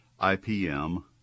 IPM